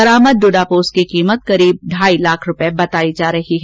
बरामद डोडा पोस्त की कीमत करीब ढाई लाख रूपये बताई जा रही है